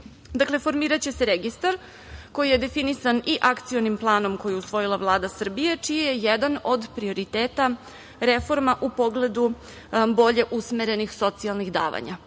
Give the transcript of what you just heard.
zakona. Dakle, formiraće se registar koji je definisan i Akcionom planom, koji je usvojila Vlada Srbije, čiji je jedan od prioriteta reforma u pogledu bolje usmerenih socijalnih davanja.